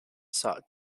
sought